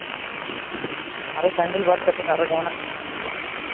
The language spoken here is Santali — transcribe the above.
ᱟᱨ ᱪᱟᱱᱰᱤᱞ ᱵᱟᱫ ᱠᱟᱛᱮᱫ ᱟᱨᱚ ᱡᱟᱦᱟᱱᱟᱜ